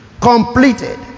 completed